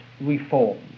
reform